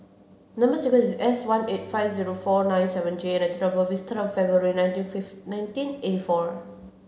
number sequence is S one eight five zero four nine seven J and date of birth is February nineteen fifth nineteen eighty four